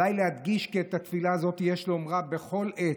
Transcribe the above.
עליי להדגיש כי את התפילה הזאת יש לומר בכל עת,